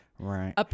Right